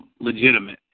legitimate